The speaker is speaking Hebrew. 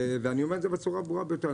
ואני אומר את זה בצורה ברורה ביותר,